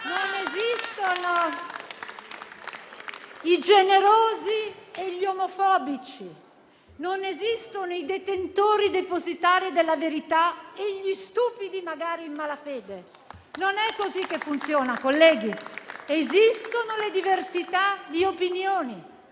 Non esistono i generosi e gli omofobici, non esistono i detentori depositari della verità e gli stupidi magari in malafede. Non è così che funziona, colleghi. Esistono le diversità di opinioni,